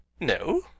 no